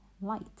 light